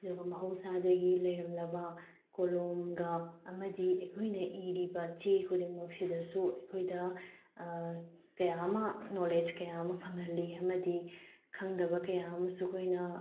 ꯑꯗꯨꯒ ꯃꯍꯧꯁꯥꯗꯒꯤ ꯂꯩꯔꯝꯂꯕ ꯀꯣꯂꯣꯝꯒ ꯑꯃꯗꯤ ꯑꯩꯈꯣꯏꯅ ꯏꯔꯤꯕ ꯆꯦ ꯈꯨꯗꯤꯡꯃꯛ ꯁꯤꯗꯁꯨ ꯑꯩꯈꯣꯏꯗ ꯀꯌꯥ ꯑꯃ ꯅꯣꯂꯦꯖ ꯀꯌꯥ ꯑꯃ ꯐꯪꯍꯜꯂꯤ ꯑꯃꯗꯤ ꯈꯪꯗꯕ ꯀꯌꯥ ꯑꯃꯁꯨ ꯑꯩꯈꯣꯏꯅ